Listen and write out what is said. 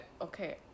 Okay